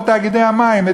כמו תאגידי המים,